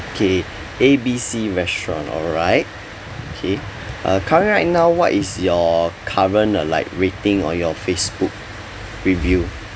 okay A B C restaurant alright okay uh currently right now what is your current uh like rating on your Facebook review